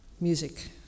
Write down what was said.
music